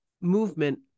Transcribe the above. movement